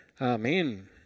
Amen